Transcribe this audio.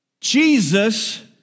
Jesus